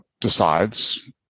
decides